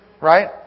Right